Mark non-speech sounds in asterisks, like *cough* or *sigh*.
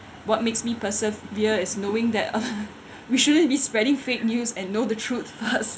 what makes me persevere is knowing that *laughs* we shouldn't be spreading fake news and know the truth first